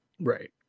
Right